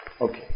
Okay